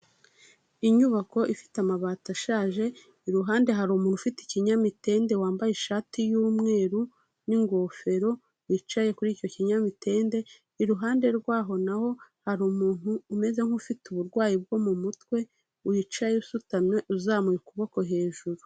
Inyubako ifite amabati ashaje, iruhande hari umuntu ufite ikinyamitende wambaye ishati y'umweru n'ingofero wicaye kuri icyo kinyamitende, iruhande rwaho naho hari umuntu umeze nk'ufite uburwayi bwo mu mutwe, wicaye usutamye, uzamuye ukuboko hejuru.